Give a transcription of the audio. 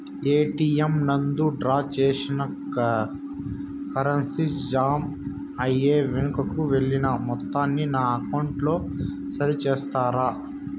ATM నందు draw చేసిన currency jam అయి వెనుకకు వెళ్లిన మొత్తాన్ని నా అకౌంట్ లో సరి చేస్తారా?